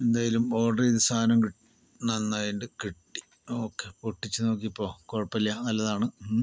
എന്തായാലും ഓർഡർ ചെയ്ത സാധനം കി നന്നായിട്ടുണ്ട് കിട്ടി ഓക്കെ പൊട്ടിച്ചു നോക്കിയപ്പോൾ കുഴപ്പമില്ല നല്ലതാണ് ഹും